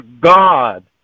god